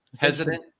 hesitant